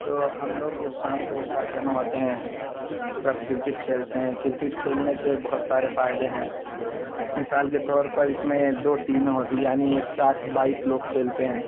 تو ہم لوگ جب شام کو ایک ساتھ جمع ہوتے ہیں سب کرکٹ کھیلتے ہیں کرکٹ کھیلنے کے بہت سارے فائدے ہیں مثال کے طور پر اس میں دو ٹیمیں ہوتی ہیں یعنی ایک ساتھ بائیس لوگ کھیلتے ہیں